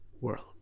world